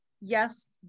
yes